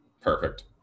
perfect